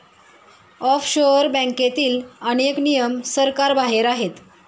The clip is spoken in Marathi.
ऑफशोअर बँकेतील अनेक नियम सरकारबाहेर आहेत